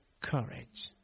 courage